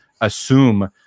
assume